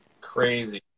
Crazy